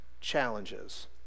challenges